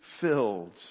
filled